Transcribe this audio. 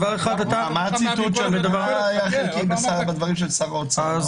מה הציטוט החלקי בדברי שר האוצר?